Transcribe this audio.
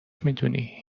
میدونی